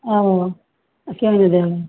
অঁ কিয় নিদিয়